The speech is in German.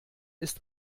ist